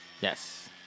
Yes